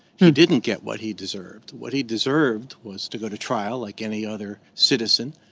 he didn't get what he deserved. what he deserved was to go to trial like any other citizen